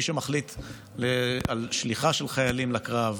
מי שמחליט על שליחה של חיילים לקרב,